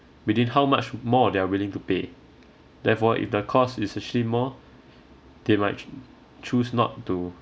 within how much more they are willing to pay therefore if the cost is actually more they might choose not to